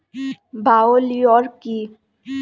Bio লিওর কি?